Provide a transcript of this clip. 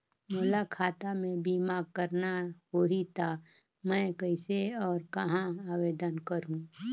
मोला खाता मे बीमा करना होहि ता मैं कइसे और कहां आवेदन करहूं?